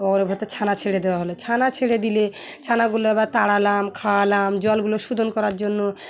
ওর ভিতর ছানা ছেড়ে দেওয়া হলো ছানা ছেড়ে দিলে ছানাগুলো আবার তাড়ালাম খাওয়ালাম জলগুলো শোধন করার জন্য